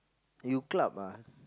you club ah